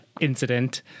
incident